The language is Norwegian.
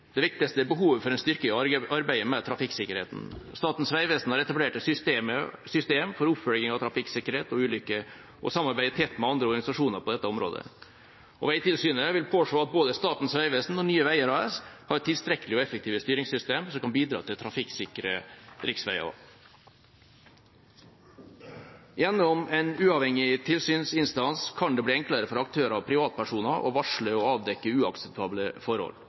Det viktigste er behovet for en styrking av arbeidet med trafikksikkerheten. Statens vegvesen har etablert et system for oppfølging av trafikksikkerhet og ulykker og samarbeider tett med andre organisasjoner på dette området. Vegtilsynet vil påse at både Statens vegvesen og Nye Veier AS har tilstrekkelige og effektive styringssystem som kan bidra til trafikksikre riksveier. Gjennom en uavhengig tilsynsinstans kan det bli enklere for aktører og privatpersoner å varsle og avdekke uakseptable forhold.